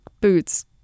boots